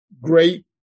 great